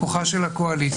כוחה של הקואליציה.